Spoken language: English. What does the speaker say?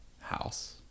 House